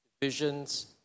divisions